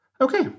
Okay